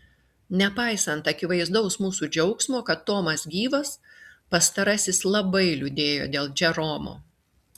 nepaisant akivaizdaus mūsų džiaugsmo kad tomas gyvas pastarasis labai liūdėjo dėl džeromo